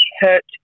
hurt